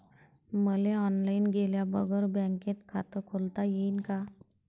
मले ऑनलाईन गेल्या बगर बँकेत खात खोलता येईन का?